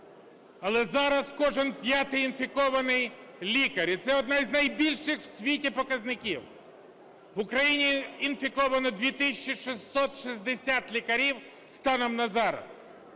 Але зараз кожен п'ятий інфікований лікар, і це один з найбільших в світі показників. В Україні інфіковано 2 тисячі 660 лікарів станом на зараз,